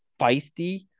feisty